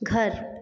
घर